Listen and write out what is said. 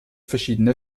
verschiedene